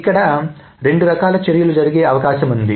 ఇక్కడ రెండు రకాల చర్యలు జరిగే అవకాశం ఉంది